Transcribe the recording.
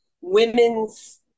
women's